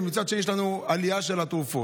ומצד שני יש לנו עלייה בתרופות?